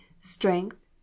strength